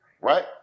right